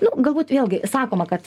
nu galbūt vėlgi sakoma kad